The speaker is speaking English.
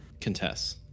contests